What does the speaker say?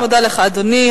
אני מודה לך, אדוני.